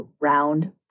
round